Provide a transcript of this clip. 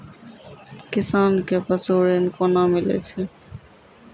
किसान कऽ पसु ऋण कोना मिलै छै?